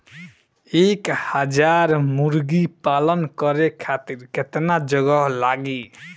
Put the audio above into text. एक हज़ार मुर्गी पालन करे खातिर केतना जगह लागी?